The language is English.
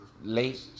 late